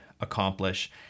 accomplish